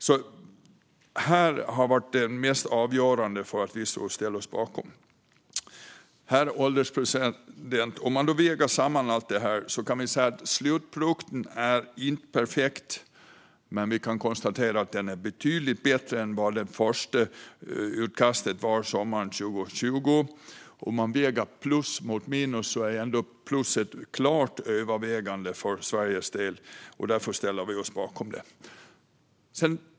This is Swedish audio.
Det här har alltså varit det mest avgörande för att vi skulle ställa oss bakom detta. Herr ålderspresident! Om man väger samman allt det här kan man säga att slutprodukten inte är perfekt. Men vi kan konstatera att den är betydligt bättre än vad det första utkastet var sommaren 2020. Om man väger plus mot minus är ändå plusset klart övervägande för Sveriges del, och därför ställer vi oss bakom detta.